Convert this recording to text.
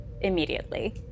immediately